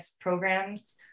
programs